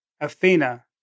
Athena